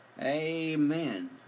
amen